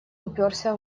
упёрся